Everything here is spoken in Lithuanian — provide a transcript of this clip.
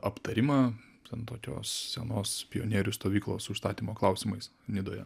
aptarimą ten tokios senos pionierių stovyklos užstatymo klausimais nidoje